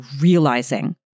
realizing